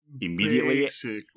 immediately